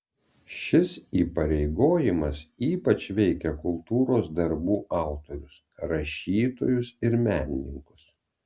šis įpareigojimas ypač veikia kultūros darbų autorius rašytojus ir menininkus